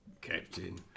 captain